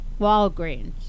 Walgreens